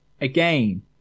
again